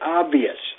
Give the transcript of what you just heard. obvious